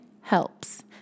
helps